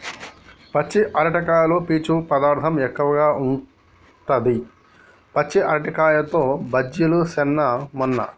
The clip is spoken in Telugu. పచ్చి అరటికాయలో పీచు పదార్ధం ఎక్కువుంటది, పచ్చి అరటికాయతో బజ్జిలు చేస్న మొన్న